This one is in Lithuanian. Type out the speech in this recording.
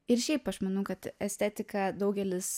ir šiaip aš manau kad estetiką daugelis